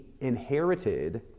inherited